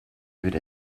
würde